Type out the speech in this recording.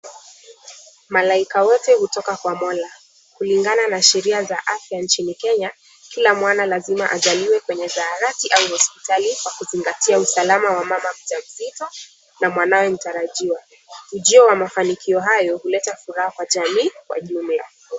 Malaika wote hutoka kwa mola. Kulingana na sheria za afya nchini Kenya, kila mwana lazima azaliwe kwa zahanati au hospitali kwa kuzingatia usalama wa mama mja mzito na mwanawe mtarajiwa. Ujio wa mafanikio hayo, huleta furaha kwa jamii kwa jumla.